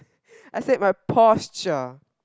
I said my posture